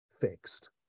fixed